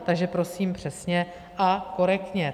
Takže prosím přesně a korektně.